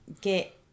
get